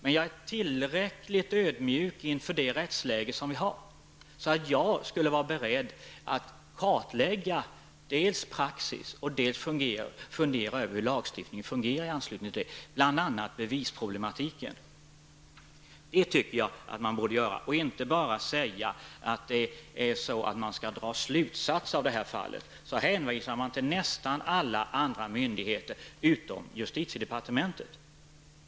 Men jag är tillräckligt ödmjuk inför det rättsläge som vi har för att vara beredd att dels klarlägga praxis, dels fundera över hur lagstiftningen fungerar i anslutning till det. Det gäller bl.a. bevisproblemet. Jag tycker att man borde göra det och inte bara säga att man skall dra slutsatser av det här fallet. Man hänvisar till nästan alla myndigheter utom justitiedepartementet.